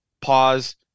pause